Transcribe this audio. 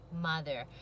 mother